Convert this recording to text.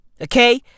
Okay